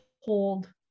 hold